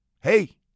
hey